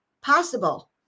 possible